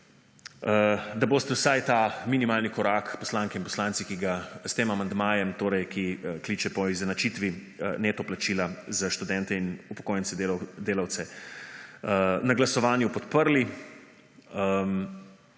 da boste vsaj ta minimalni korak poslanke in poslanci, ki ga s tem amandmajem torej, ki kliče po izenačitvi neto plačila za študente in upokojence delavce, na glasovanju podprli.